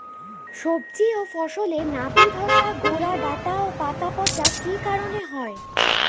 সবজি ও ফসলে নাবি ধসা গোরা ডাঁটা ও পাতা পচা কি কারণে হয়?